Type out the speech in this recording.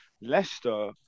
Leicester